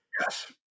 yes